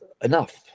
enough